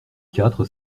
quatre